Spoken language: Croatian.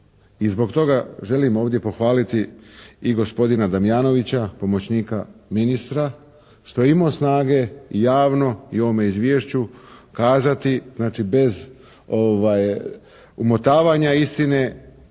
i zbog toga želim ovdje pohvaliti i gospodina Damjanovića pomoćnika ministra što je imao snage javno i u ovome izvješću kazati, znači bez umotavanja istine,